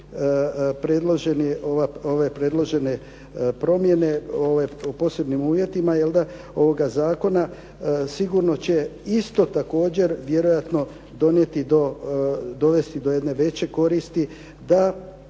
predložene promjene posebnim uvjetima zakona, sigurno će isto također vjerojatno dovesti do jedne veće koristi da